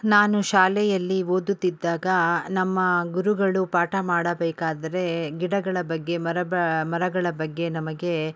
ನಾನು ಶಾಲೆಯಲ್ಲಿ ಓದುತ್ತಿದ್ದಾಗ ನಮ್ಮ ಗುರುಗಳು ಪಾಠ ಮಾಡಬೇಕಾದರೆ ಗಿಡಗಳ ಬಗ್ಗೆ ಮರ ಬ ಮರಗಳ ಬಗ್ಗೆ ನಮಗೆ